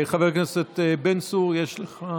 חבר הכנסת בן צור, יש לך